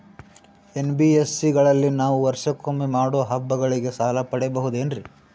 NBSC ಗಳಲ್ಲಿ ನಾವು ವರ್ಷಕೊಮ್ಮೆ ಮಾಡೋ ಹಬ್ಬಗಳಿಗೆ ಸಾಲ ಪಡೆಯಬಹುದೇನ್ರಿ?